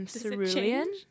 Cerulean